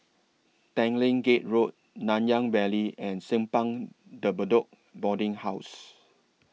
Tanglin Gate Road Nanyang Valley and Simpang De Bedok Boarding House